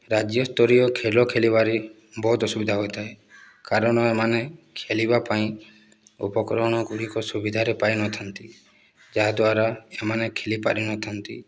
ରାଜ୍ୟସ୍ତରୀୟ ଖେଳ ଖେଳିବାରେ ବହୁତ ଅସୁବିଧା ହୋଇଥାଏ କାରଣ ଏମାନେ ଖେଳିବା ପାଇଁ ଉପକରଣଗୁଡ଼ିକ ସୁବିଧାରେ ପାଇନଥାନ୍ତି ଯାହାଦ୍ଵାରା ଏମାନେ ଖେଳିପାରିନଥାନ୍ତି